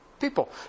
People